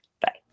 Bye